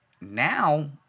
now